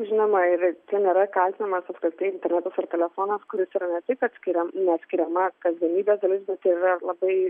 žinoma ir čia nėra kaltinamas apskritai internetas ar telefonas kuris yra ne tik atskiria neatskiriama kasdienybės dalis ir tai yra labai